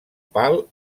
pal